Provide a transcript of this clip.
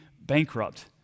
bankrupt